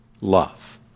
love